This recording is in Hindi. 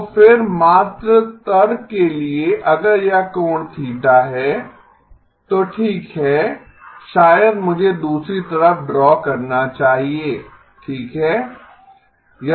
तो फिर मात्र तर्क के लिए अगर यह कोण थीटा है तो ठीक है शायद मुझे दूसरी तरफ ड्रा करना चाहिए ठीक है